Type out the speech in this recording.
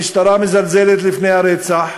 המשטרה מזלזלת לפני הרצח,